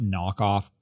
knockoff